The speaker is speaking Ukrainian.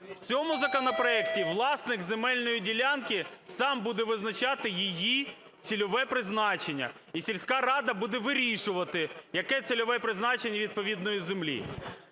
У цьому законопроекті власник земельної ділянки буде визначати її цільове призначення, і сільська рада буде вирішувати, яке цільове призначення відповідної землі.